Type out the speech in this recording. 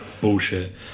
bullshit